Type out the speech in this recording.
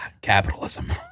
Capitalism